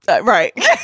Right